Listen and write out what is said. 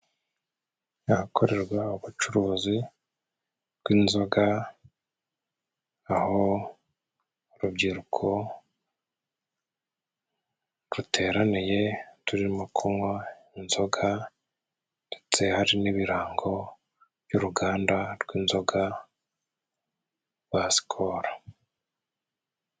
Ahakorerwa ubucuruzi bw'inzoga, aho urubyiruko ruteraniye, turimo kunwa inzoga, ndetse hari n'ibirango by'uruganda rw'inzoga rwa Sikolo.